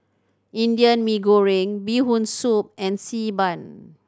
Indian Mee Goreng Bee Hoon Soup and Xi Ban